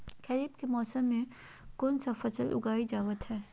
खरीफ के मौसम में कौन कौन सा फसल को उगाई जावत हैं?